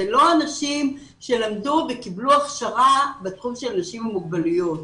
זה לא אנשים שלמדו וקיבלו אנשים בתחום של אנשים עם מוגבלויות,